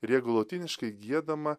ir jeigu lotyniškai giedama